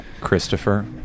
Christopher